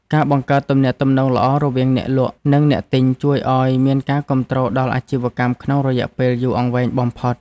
ការបង្កើតទំនាក់ទំនងល្អរវាងអ្នកលក់ និងអ្នកទិញជួយឱ្យមានការគាំទ្រដល់អាជីវកម្មក្នុងរយៈពេលយូរអង្វែងបំផុត។